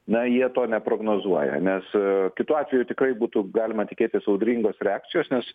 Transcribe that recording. na jie to neprognozuoja nes kitu atveju tikrai būtų galima tikėtis audringos reakcijos nes